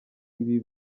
ibi